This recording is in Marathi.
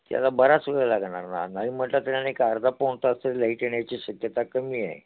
त्याला बराच वेळ लागणार ना नाही म्हटलं तरी आणि एक अर्धा पाऊण तरी लाईट येण्याची शक्यता कमी आहे